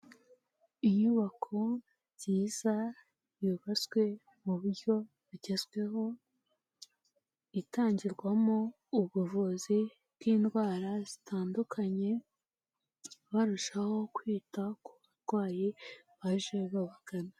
Inyubako nziza yubatswe mu buryo bugezweho itangirwamo ubuvuzi bw'indwara zitandukanye, barushaho kwita ku barwayi baje babagana.